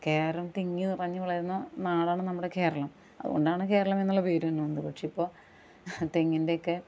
കേരം തിങ്ങി നിറഞ്ഞ് വളരുന്ന നാടാണ് നമ്മുടെ കേരളം അതുകൊണ്ടാണ് കേരളമെന്നുള്ള പേര് തന്നെ വന്നത് പക്ഷെ ഇപ്പോൾ തെങ്ങിന്റെയൊക്കെ